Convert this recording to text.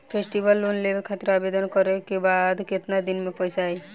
Festival loan लेवे खातिर आवेदन करे क बाद केतना दिन म पइसा आई?